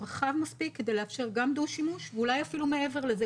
הוא רחב מספיק כדי לאפשר גם דו-שימוש ואולי אפילו מעבר לזה.